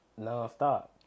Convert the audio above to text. nonstop